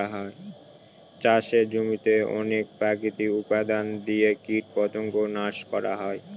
চাষের জমিতে অনেক প্রাকৃতিক উপাদান দিয়ে কীটপতঙ্গ নাশ করা হয়